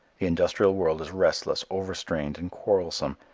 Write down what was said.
the industrial world is restless, over-strained and quarrelsome.